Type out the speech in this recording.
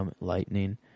lightning